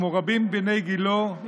כמו רבים מבני גילו,